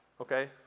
Okay